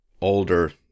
older